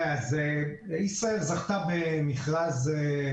לא יודע מה, ייקנס בקנס כספי כבד.